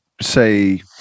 say